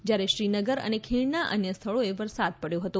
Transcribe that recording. જયારે શ્રીનગર અને ખીણના અન્ય સ્થળોએ વરસાદ પડયો હતો